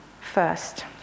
first